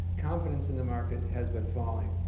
confidence in the market has been falling.